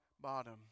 bottom